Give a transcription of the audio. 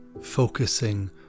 Focusing